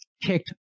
kicked